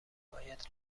باید